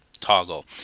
toggle